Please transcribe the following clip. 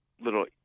little